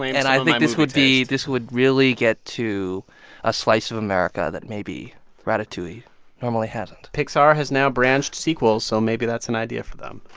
and i think this would be this would really get to a slice of america that maybe ratatouille normally hasn't pixar has now branched sequels, so maybe that's an idea for them.